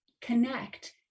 connect